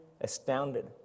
astounded